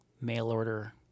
mail-order